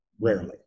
rarely